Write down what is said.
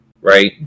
right